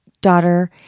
daughter